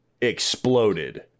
exploded